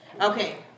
Okay